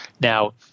Now